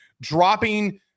dropping